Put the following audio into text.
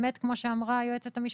כמו שאמרה היועצת המשפטית,